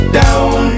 down